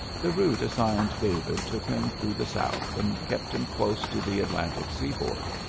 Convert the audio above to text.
the route assigned david took him through the south and kept him close to the atlantic seaboard.